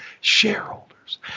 shareholders